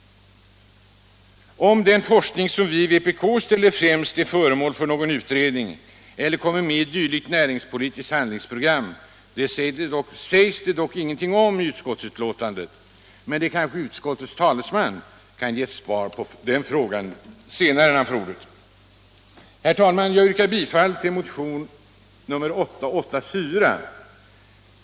Om den forskning som vi i vpk ställer främst är föremål för någon utredning eller kommer med i ett dylikt näringspolitiskt handelsprogram, sägs det dock inget om i utskottets betänkande. Kanske utskottets talesman kan ge svar på den frågan senare när han får ordet. Herr talman! Jag yrkar bifall till motionen 884.